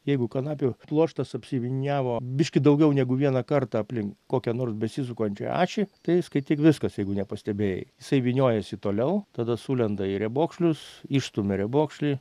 jeigu kanapių pluoštas apsiviniavo biškį daugiau negu vieną kartą aplink kokią nors besisukančią ašį tai skaityk viskas jeigu nepastebėjai jisai vyniojasi toliau tada sulenda į riebokšlius išstumia riebokšlį